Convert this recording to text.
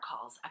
calls